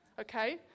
okay